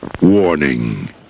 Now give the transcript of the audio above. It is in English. Warning